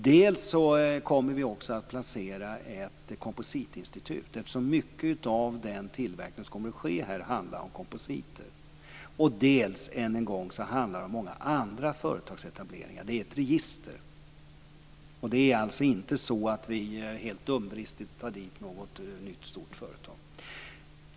Vi kommer också att placera ett kompositinstitut där. Mycket av den tillverkning som kommer att ske här handlar om kompositer. Det handlar också om många andra företagsetableringar. Det är ett register. Det är alltså inte så att vi helt dumdristigt tar dit ett nytt stort företag.